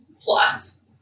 Plus